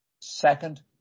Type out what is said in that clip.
Second